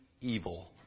evil